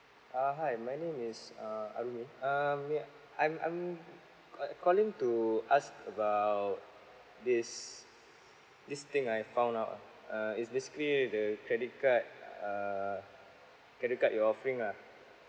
uh hi my name is uh arwin um may I I'm uh calling to ask about this this thing I found out ah uh it's basically the credit card err credit card you're offering lah